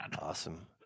Awesome